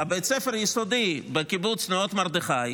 בית הספר היסודי בקיבוץ נאות מרדכי,